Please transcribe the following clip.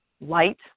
light